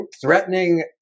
threatening